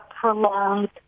prolonged